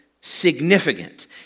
significant